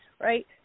right